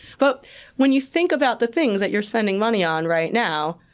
but when you think about the things that you're spending money on right now,